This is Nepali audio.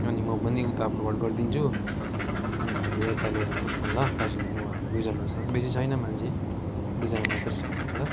अनि म पनि उता फर्वड गरिदिन्छु अनि भाइले यता लिएर आउनुहोस् न ल दार्जिलिङ उहाँहरूलाई दुईजना छ बेसी छैन मान्छे दुईजना मात्रै छ ल